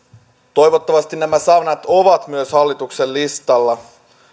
toivottavasti nämä sanat ovat myös hallituksen listalla